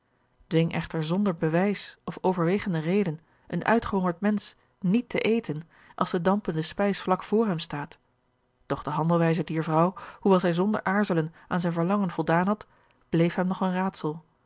dwing echter zonder bewijs of overwegende reden een uitgehongerd mensch niet te eten als de dampende spijs vlak voor hem staat doch de handelwijze dier vrouw hoewel zij zonder aarzelen aan zijn verlangen voldaan had bleef hem nog een raadsel